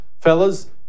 Fellas